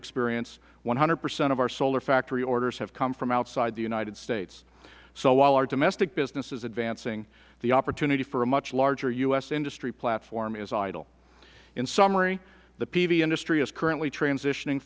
experience one hundred percent of our solar factory orders have come from outside the united states so while our domestic business is advancing the opportunity for a much larger u s industry platform is idle in summary the pv industry is currently transitioning